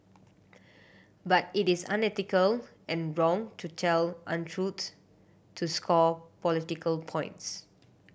but it is unethical and wrong to tell untruths to score political points